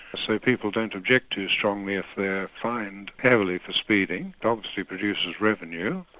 so people don't object too strongly if they're fined heavily for speeding, it obviously produces revenue,